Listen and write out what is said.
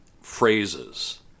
phrases